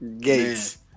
gates